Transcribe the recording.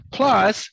Plus